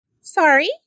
Sorry